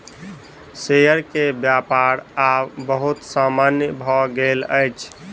share के व्यापार आब बहुत सामान्य भ गेल अछि